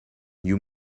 you